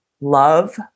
love